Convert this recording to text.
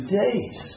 days